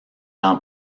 ans